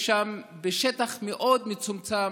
יש שם, בשטח מאוד מצומצם,